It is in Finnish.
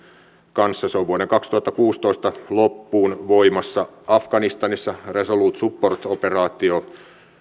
kanssa se on vuoden kaksituhattakuusitoista loppuun voimassa afganistanissa resolute support operaatio